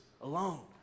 alone